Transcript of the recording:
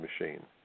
machine